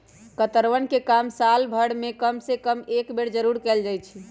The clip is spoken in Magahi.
कतरन के काम साल भर में कम से कम एक बेर जरूर कयल जाई छै